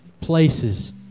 places